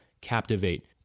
Captivate